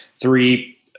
three